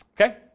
Okay